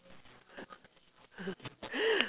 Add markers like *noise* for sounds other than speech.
*laughs*